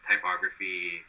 typography